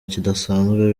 kidasanzwe